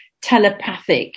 telepathic